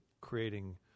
creating